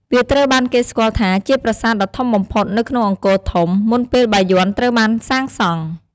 វាត្រូវបានគេស្គាល់ថាជាប្រាសាទដ៏ធំបំផុតនៅក្នុងអង្គរធំ មុនពេលបាយ័នត្រូវបានសាងសង់។